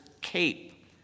cape